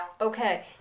Okay